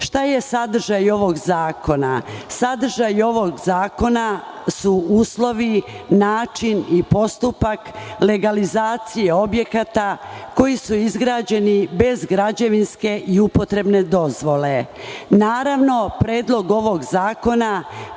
Šta je sadržaj ovog zakona? Sadržaj ovog zakona su uslovi, način i postupak legalizacije objekata koji su izgrađeni bez građevinske i upotrebne dozvole. Naravno, predlog ovog zakona